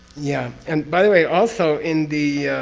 yeah, and by the way also in the.